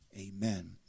Amen